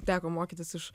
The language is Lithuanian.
teko mokytis iš